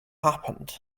happened